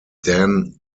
dan